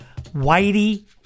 Whitey